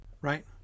Right